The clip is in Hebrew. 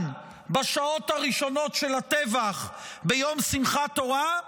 בשעות הראשונות של הטבח ביום שמחת תורה,